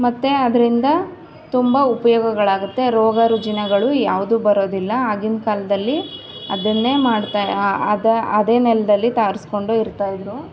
ಮತ್ತು ಅದರಿಂದ ತುಂಬ ಉಪಯೋಗಗಳಾಗುತ್ತೆ ರೋಗ ರುಜಿನಗಳು ಯಾವುದು ಬರೋದಿಲ್ಲ ಆಗಿನ ಕಾಲದಲ್ಲಿ ಅದನ್ನೆ ಮಾಡ್ತಾ ಅದೇ ನೆಲದಲ್ಲಿ ಸಾರ್ಸ್ಕೊಂಡು ಇರ್ತಾಯಿದ್ದರು